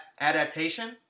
adaptation